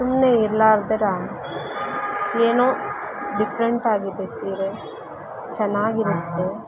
ಸುಮ್ಮನೆ ಇರಲಾರ್ದಿರ ಏನೋ ಡಿಫ್ರೆಂಟಾಗಿದೆ ಸೀರೆ ಚೆನ್ನಾಗಿರುತ್ತೆ